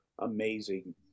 amazing